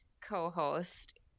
co-host